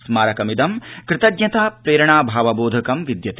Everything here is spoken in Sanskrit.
स्मार मिदं तज्ञता प्रेरणा भावबोध विद्यते